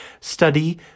study